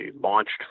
launched